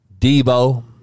Debo